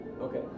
Okay